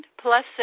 plus